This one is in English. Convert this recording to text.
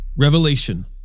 Revelation